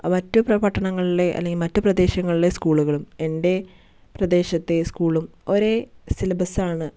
അവ മറ്റ് പട്ടങ്ങളിലെ അല്ലെങ്കിൽ മറ്റു പ്രദേശങ്ങളിലെ സ്കൂളുകളും എൻ്റെ പ്രദേശത്തെ സ്കൂളും ഒരേ സിലബസ് ആണ്